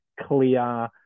clear